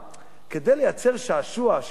כדי לייצר שעשוע של הימורים,